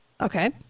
Okay